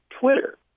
Twitter